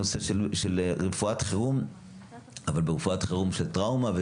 בנושא של רפואת חירום של טראומה,